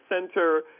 center